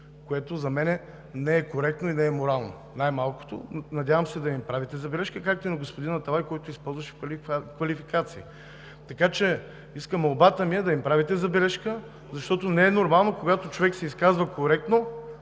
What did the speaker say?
което за мен не е коректно и не е морално. Най-малко се надявам да им направите забележка, както и на господин Аталай, който преди това използваше квалификации. Молбата ми е да им направите забележка, защото не е нормално, когато човек се изказва коректно,